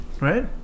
Right